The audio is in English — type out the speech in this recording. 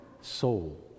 soul